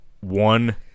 one